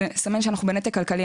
לסמן שאנחנו בנתק כלכלי.